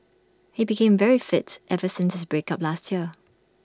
he became very fit ever since break up last year